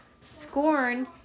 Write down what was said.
Scorn